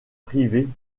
privée